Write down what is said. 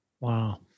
Wow